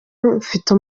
mfite